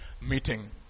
meeting